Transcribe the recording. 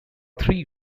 three